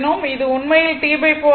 இது உண்மையில் T4 ஆகும்